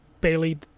Bailey